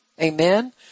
amen